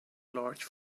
large